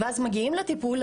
וכשכבר מגיעים לטיפול,